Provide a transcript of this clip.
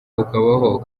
ukabaho